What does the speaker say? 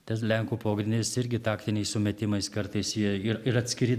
tas lenkų pogrindis irgi taktiniais sumetimais kartais jie ir ir atskiri